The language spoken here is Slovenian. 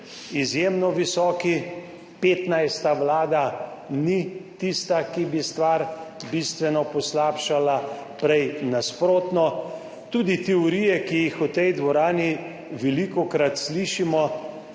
izjemno visoki. 15. vlada ni tista, ki bi stvar bistveno poslabšala, prej nasprotno. Tudi teorije, ki jih v tej dvorani velikokrat slišimo,